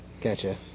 Gotcha